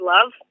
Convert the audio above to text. Love